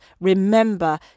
remember